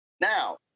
Now